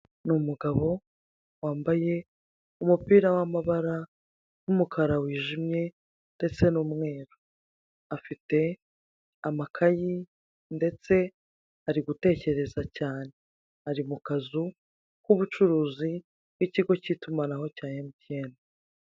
Ni umugabo wambaye umupira w'amabara w'umukara wijimye ndetse n'umweru, afite amakayi ndetse ari gutekereza cyane, ari mu kazu k'ubucuruzi k'ikigo cy'itumanaho cya mtn.